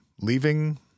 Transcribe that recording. leaving